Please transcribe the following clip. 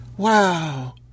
Wow